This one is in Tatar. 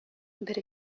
бер